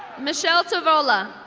michelle tivola.